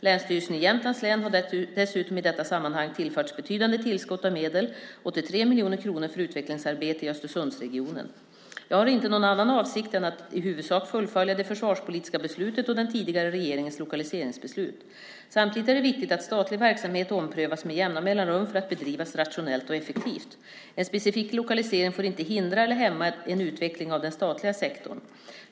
Länsstyrelsen i Jämtlands län har dessutom i detta sammanhang tillförts betydande tillskott av medel, 83 miljoner kronor, för utvecklingsarbete i Östersundsregionen. Jag har inte någon annan avsikt än att i huvudsak fullfölja det försvarspolitiska beslutet och den tidigare regeringens lokaliseringsbeslut. Samtidigt är det viktigt att statlig verksamhet omprövas med jämna mellanrum för att bedrivas rationellt och effektivt. En specifik lokalisering får inte hindra eller hämma en utveckling av den statliga sektorn.